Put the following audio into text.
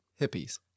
hippies